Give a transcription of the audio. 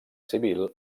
civil